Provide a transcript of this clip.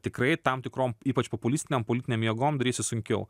tikrai tam tikrom ypač populistinėm politinėm jėgom darysis sunkiau